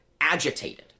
agitated